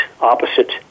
opposite